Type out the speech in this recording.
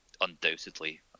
undoubtedly